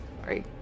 Sorry